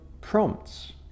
prompts